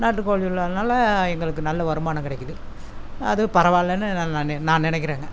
நாட்டுக்கோழி உள்ளதுனால் எங்களுக்கு நல்ல வருமானம் கிடைக்கிது அது பரவாயில்லனு நான் நினை நான் நினைக்கிறேங்க